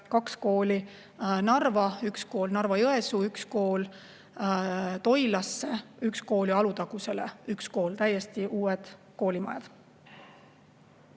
kaks kooli, Narva üks kool, Narva-Jõesuusse üks kool, Toilasse üks kool ja Alutagusele üks kool, täiesti uued koolimajad.